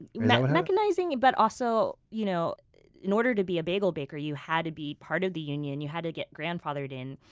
you know mechanizing, yes. and but also, you know in order to be a bagel bakery, you had to be part of the union, you had to get grandfathered in,